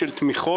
תמיכות.